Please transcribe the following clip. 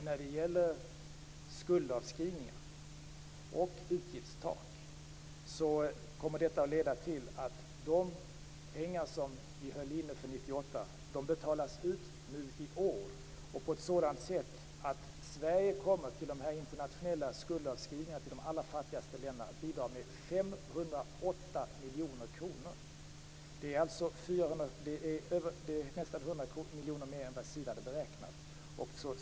När det gäller skuldavskrivningar och utgiftstak kommer detta att leda till att de pengar som vi höll inne för 1998 betalas ut i år på ett sådant sätt att Sverige kommer att bidra med 508 miljoner kronor till dessa internationella skuldavskrivningar, till de allra fattigaste länderna. Det är nästan 100 miljoner mer än vad Sida hade beräknat.